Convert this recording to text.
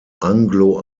anglo